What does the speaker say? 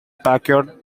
packaged